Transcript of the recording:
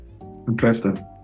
Interesting